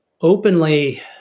openly